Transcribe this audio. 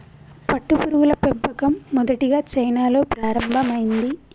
పట్టుపురుగుల పెంపకం మొదటిగా చైనాలో ప్రారంభమైంది